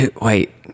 wait